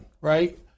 right